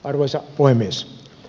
arvoisa puhemies